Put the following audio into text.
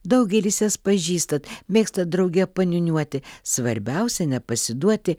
daugelis jas pažįstat mėgstat drauge paniūniuoti svarbiausia nepasiduoti